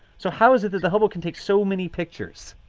so how is it that the hubble can take so many pictures?